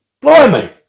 Blimey